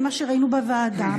ממה שראינו בוועדה,